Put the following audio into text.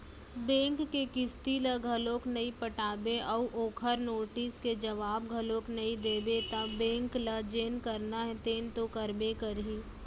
bank के किस्ती ल घलोक नइ पटाबे अउ ओखर नोटिस के जवाब घलोक नइ देबे त बेंक ल जेन करना हे तेन तो करबे करही